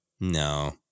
no